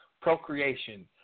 procreation